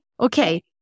okay